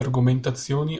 argomentazioni